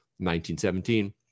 1917